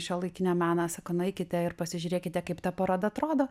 šiuolaikinio meno sako nueikite ir pasižiūrėkite kaip ta paroda atrodo